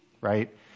right